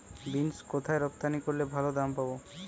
Beans কোথায় রপ্তানি করলে ভালো দাম পাব?